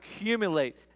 accumulate